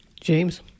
James